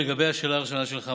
לגבי השאלה הראשונה שלך,